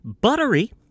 buttery